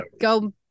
go